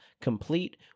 complete